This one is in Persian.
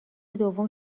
دوم